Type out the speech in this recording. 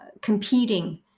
competing